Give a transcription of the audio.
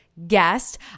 guest